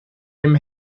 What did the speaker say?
dem